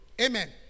Amen